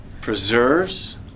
preserves